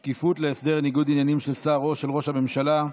חובת שקיפות להסדר ניגוד עניינים של שר או ראש הממשלה,